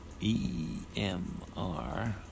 EMR